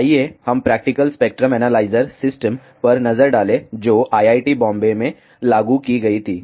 आइए हम practical spectrum analyser system पर नजर डालें जो IIT बॉम्बे में लागू की गई थी